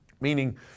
Meaning